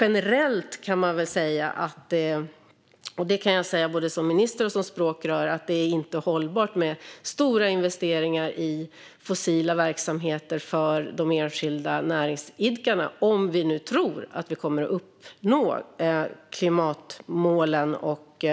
Generellt kan man väl säga - och detta kan jag säga både som minister och som språkrör - att det inte är hållbart med stora investeringar i fossila verksamheter för de enskilda näringsidkarna om vi nu tror att vi kommer att uppnå klimatmålen och